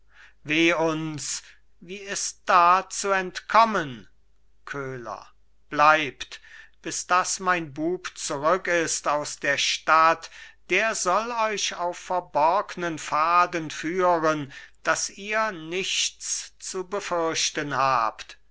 weh uns wie ist da zu entkommen köhler bleibt bis daß mein bub zurück ist aus der stadt der soll euch auf verborgnen pfaden führen daß ihr nichts zu befürchten habt